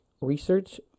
research